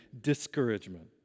discouragement